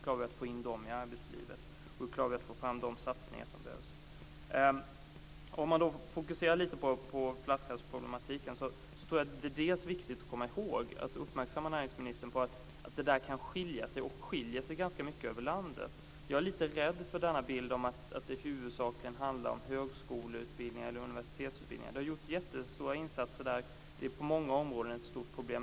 Hur klarar vi att få fram de satsningar som behövs? Om man fokuserar på flaskhalsproblematiken tror jag att det är viktigt att komma ihåg att uppmärksamma näringsministern på att det skiljer sig ganska mycket över landet. Jag är lite rädd för bilden av att det huvudsakligen handlar om högskoleutbildningar eller universitetsutbildningar. Det har gjorts jättestora insatser i det avseendet. Det är på många områden ett stort problem.